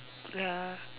ya